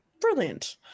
Brilliant